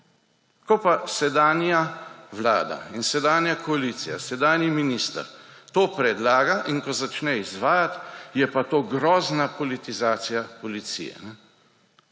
Ko pa sedanja vlada in sedanja koalicija, sedanji minister to predlaga in ko začne izvajati, je pa to grozna politizacija policije.